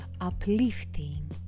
uplifting